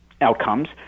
outcomes